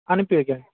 அனுப்பி வைக்கிறேன்